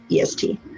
EST